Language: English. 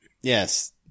Yes